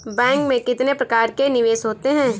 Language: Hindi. बैंक में कितने प्रकार के निवेश होते हैं?